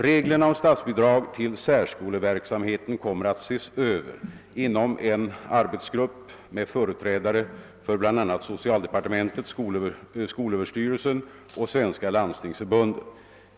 Reglerna om statsbidrag till särskoleverksamheten kommer att ses över inom en arbetsgrupp med företrädare för bl.a. socialdepartementet, skolöverstyrelsen och Svenska landstingsförbundet.